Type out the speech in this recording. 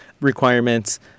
requirements